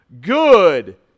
good